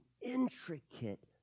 intricate